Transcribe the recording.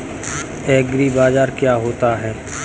एग्रीबाजार क्या होता है?